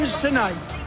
tonight